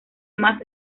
más